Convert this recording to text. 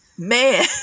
man